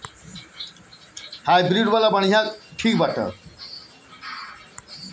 hybrid में जोखिम कम होत बाटे